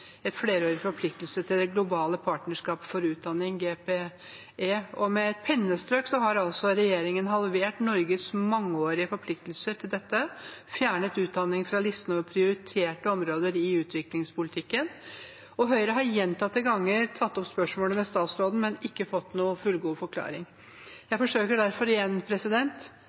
flerårig forpliktelse til det globale partnerskapet for utdanning, GPE. Men med et pennestrøk har altså regjeringen halvert Norges mangeårige forpliktelse til dette og fjernet utdanning fra listen over prioriterte områder i utviklingspolitikken. Høyre har gjentatte ganger tatt opp spørsmålet med statsråden, men ikke fått noen fullgod forklaring. Jeg forsøker derfor igjen: